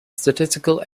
statistical